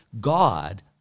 God